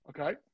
Okay